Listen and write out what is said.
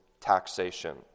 taxation